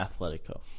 Atletico